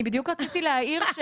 אני בדיוק רציתי להעיר,